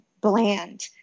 bland